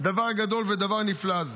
על הדבר הגדול והדבר הנפלא הזה.